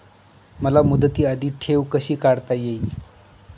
मला मुदती आधी ठेव कशी काढता येईल?